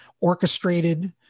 orchestrated